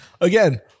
Again